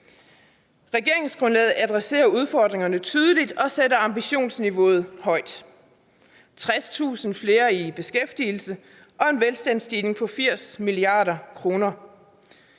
Regeringsgrundlaget adresserer udfordringerne tydeligt og sætter ambitionsniveauet højt: 60.000 flere i beskæftigelse og en velstandsstigning på 80 mia. kr.